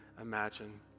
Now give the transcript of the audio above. imagine